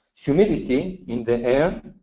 humidity in the air.